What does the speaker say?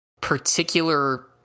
particular